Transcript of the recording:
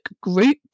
group